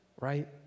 Right